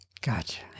Gotcha